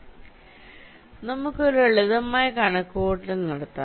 അതിനാൽ നമുക്ക് ഒരു ലളിതമായ കണക്കുകൂട്ടൽ നടത്താം